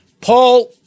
Paul